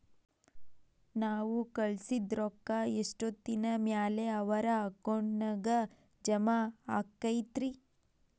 ನಾವು ಕಳಿಸಿದ್ ರೊಕ್ಕ ಎಷ್ಟೋತ್ತಿನ ಮ್ಯಾಲೆ ಅವರ ಅಕೌಂಟಗ್ ಜಮಾ ಆಕ್ಕೈತ್ರಿ?